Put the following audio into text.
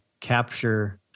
capture